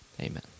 Amen